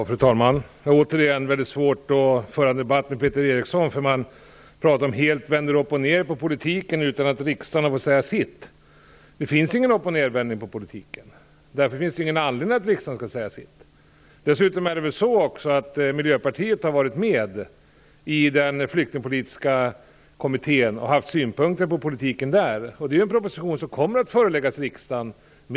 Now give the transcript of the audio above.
Fru talman! Återigen - det är väldigt svårt att föra en debatt med Peter Eriksson. Han pratar om att man helt vänder uppochned på politiken utan att riksdagen har fått säga sitt. Det finns inte någon uppochnedvändning av politiken, och alltså ingen anledning till att riksdagen skall säga sitt. Dessutom har Miljöpartiet varit med i den Flyktingpolitiska kommittén och där haft synpunkter på politiken. En proposition med en rad förändringar kommer att föreläggas riksdagen.